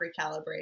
recalibrate